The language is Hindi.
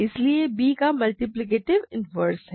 इसलिए b का मल्टिप्लिकेटिव इनवर्स है